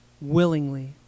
willingly